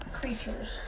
creatures